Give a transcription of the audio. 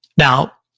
now,